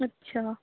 ਅੱਛਾ